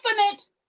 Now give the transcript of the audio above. infinite